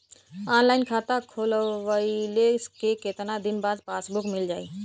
Online खाता खोलवईले के कितना दिन बाद पासबुक मील जाई?